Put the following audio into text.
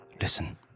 listen